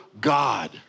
God